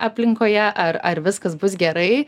aplinkoje ar ar viskas bus gerai